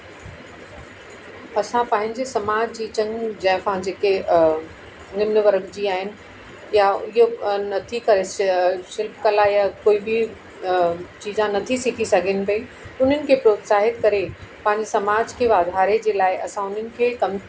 असां पंहिंजे समाज जी चङियूं जइफ़ां जेके निमन वर्ग जी आहिनि या इहो नथी करे श शिल्प कला या कोई बि चीजा नथी सिखी सघनि पई उन्हनि खे प्रोत्साहित करे पंहिंजे समाज खे वाधारे जे लाइ असां उन्हनि खे कमु